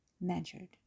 measured